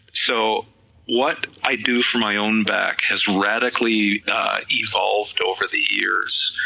so what i do for my own back has radically evolved over the years,